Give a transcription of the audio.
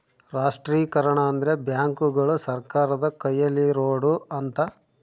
ರಾಷ್ಟ್ರೀಕರಣ ಅಂದ್ರೆ ಬ್ಯಾಂಕುಗಳು ಸರ್ಕಾರದ ಕೈಯಲ್ಲಿರೋಡು ಅಂತ